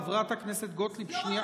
חברת הכנסת גוטליב, שנייה.